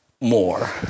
more